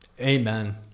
Amen